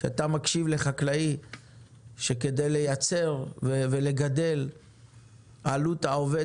כשאתה מקשיב לחקלאי שכדי לייצר ולגדל עלות העובד